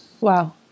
Wow